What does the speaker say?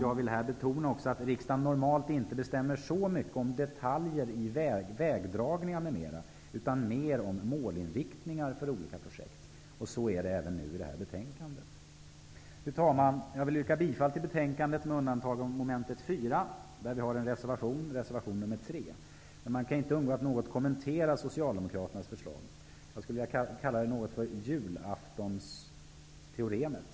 Jag vill här betona att riksdagen normalt inte bestämmer så mycket om detaljer i vägdragningar m.m. utan mer om målinriktningar för olika projekt. Så är det även i det här betänkandet. Fru talman! Jag vill yrka bifall till hemställan i betänkandet med undantag för mom. 4, där vi moderater har en reservation -- reservation nr 3. Jag kan inte undgå att något kommentera Socialdemokraternas förslag. Jag skulle vilja kalla det för julaftonsteoremet.